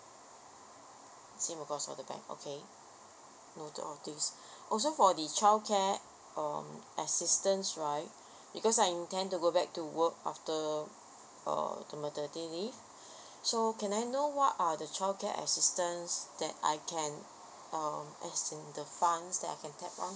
same across all the banks okay noted on this also for the childcare um assistance right because I intend to go back to work after uh the maternity leave so can I know what are the childcare assistance that I can um as in the front that I can tap on